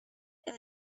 and